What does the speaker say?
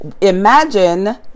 imagine